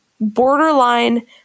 borderline